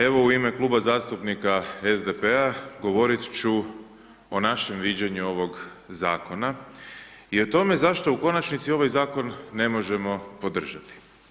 Evo u ime Kluba zastupnika SDP-a govorit ću o našem viđenju ovog zakona i o tome zašto u konačnici ovaj zakon ne možemo podržati.